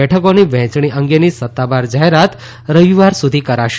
બેઠકોની વહેંચણી અંગેની સત્તાવાર જાહેરાત રવિવાર સુધી કરાશે